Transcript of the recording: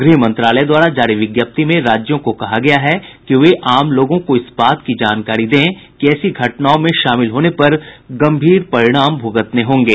गृह मंत्रालय द्वारा जारी विज्ञप्ति में राज्यों को कहा गया है कि वे आम लोगों को इस बात की जानकारी दें कि ऐसी घटनाओं में शामिल होने पर गम्भीर परिणाम भुगतने होंगे